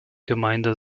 gemeinde